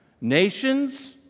nations